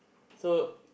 so